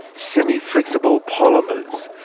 semi-flexible polymers,